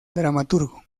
dramaturgo